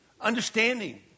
understanding